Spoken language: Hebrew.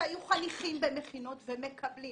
שהיו חניכים במכינות ושומעים